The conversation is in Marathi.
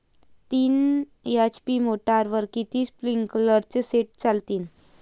तीन एच.पी मोटरवर किती स्प्रिंकलरचे सेट चालतीन?